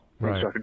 Right